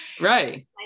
Right